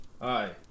Hi